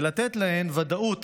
ולתת להן ודאות